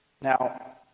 Now